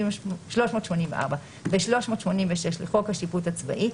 384 ו-386 לחוק השיפוט הצבאי,